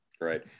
right